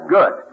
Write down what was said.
Good